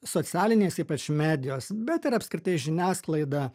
socialinės ypač medijos bet ir apskritai žiniasklaida